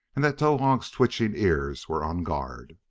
and that towahg's twitching ears were on guard.